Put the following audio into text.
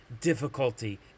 difficulty